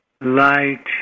Light